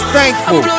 Thankful